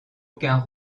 aucun